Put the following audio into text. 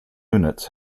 units